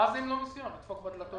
ילדים לפולחנים דתיים בדתות